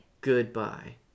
Goodbye